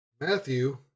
Matthew